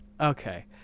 okay